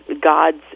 God's